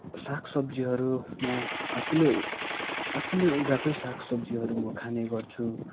साग सब्जीहरू म आफूले आफूले उब्जाएकै साग सब्जी म खाने गर्छु